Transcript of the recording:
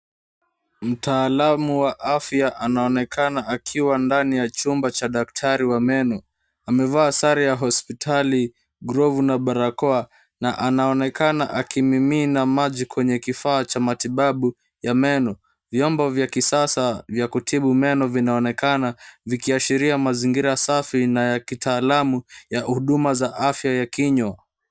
Mtaalamu wa afya anaonekana akiwa ndani ya chumba cha daktari wa meno. Amevaa sare ya hospitali, glovu na barakoa na anaonekana akimimina maji kwenye kifaa cha matibabu ya meno. Vyombo vya kisasa vya kutibu meno vinaonekana, vikiashiria mazingira safi na ya kitaalamu ya huduma za afya ya kinywa.